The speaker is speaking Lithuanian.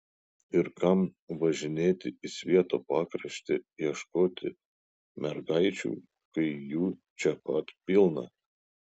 ir kam važinėti į svieto pakraštį ieškoti mergaičių kai jų čia pat pilna